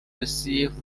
received